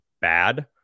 bad